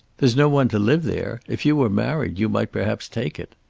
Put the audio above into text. there's no one to live there. if you were married you might perhaps take it.